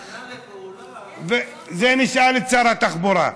מוכנה לפעולה, את זה נשאל את שר התחבורה.